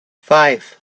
five